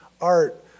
Art